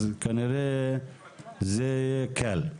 אז כנראה זה יהיה קל.